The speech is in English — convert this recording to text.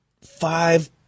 Five